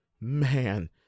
man